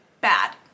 bad